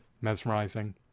mesmerizing